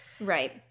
right